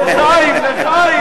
לחיים, לחיים.